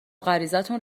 غریزتون